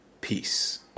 Peace